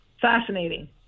Fascinating